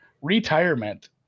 retirement